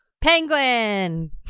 Penguin